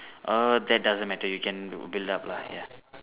uh that doesn't matter you can build up lah ya